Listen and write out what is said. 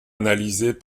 analysés